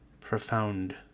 profound